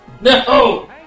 No